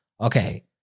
Okay